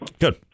Good